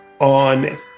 on